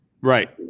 Right